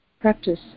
practice